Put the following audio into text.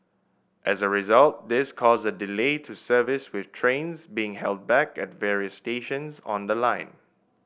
as a result this caused a delay to service with trains being held back at various stations on the line